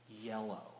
yellow